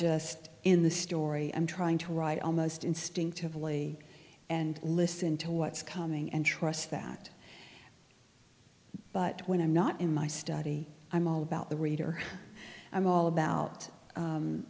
just in the story i'm trying to write almost instinctively and listen to what's coming and trust that but when i'm not in my study i'm all about the reader i'm all about